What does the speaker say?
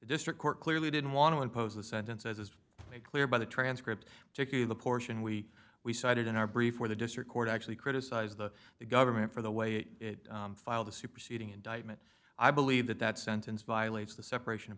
district court clearly didn't want to impose a sentence as is made clear by the transcript particularly the portion we we cited in our brief where the district court actually criticized the government for the way it filed a superseding indictment i believe that that sentence violates the separation of